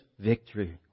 victory